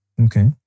Okay